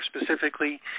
specifically